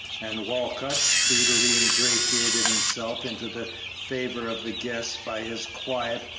and walcott speedily ingratiated himself into the favor of the guests by his quiet,